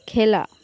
খেলা